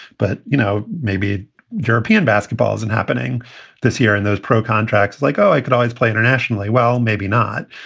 but, you know, maybe european basketball isn't happening this year. and those pro contracts like, oh, i could always play internationally. well, maybe not.